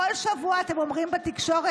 בכל שבוע אתם אומרים בתקשורת,